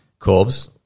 Corbs